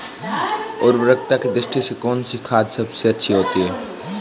उर्वरकता की दृष्टि से कौनसी खाद अच्छी होती है?